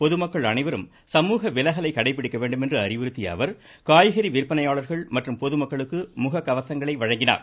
பொதுமக்கள் அனைவரும் சமூக விலகலை கடைபிடிக்க வேண்டும் என்று அறிவுறுத்திய அவர் காய்கறி விற்பனையாளர்கள் மற்றும் பொதுமக்களுக்கு முகக்கவசங்களை வழங்கினார்